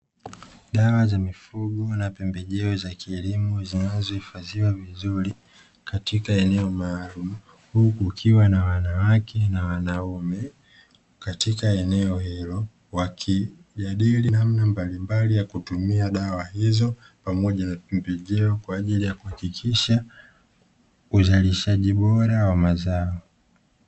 Dawa za mifugo na pembejeo za kilimo zinazohifadhiwa vizuri katika eneo maalumu, huku kukiwa na wanawake na wanaume katika eneo hilo wakijadili namna mbalimbali ya kutumia dawa hizo pamoja na pembejeo, kwa ajili ya kuhakikisha uzalishaji bora wa mazao.